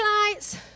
lights